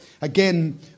again